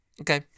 Okay